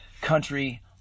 country